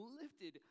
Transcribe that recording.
lifted